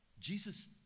Jesus